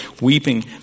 weeping